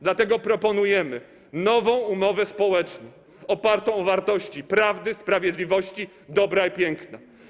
Dlatego proponujemy nową umowę społeczną, opartą na wartościach prawdy, sprawiedliwości, dobra i piękna.